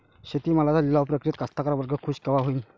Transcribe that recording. शेती मालाच्या लिलाव प्रक्रियेत कास्तकार वर्ग खूष कवा होईन?